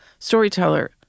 storyteller